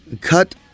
cut